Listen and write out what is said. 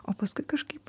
o paskui kažkaip